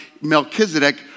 Melchizedek